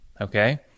okay